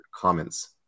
comments